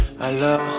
Alors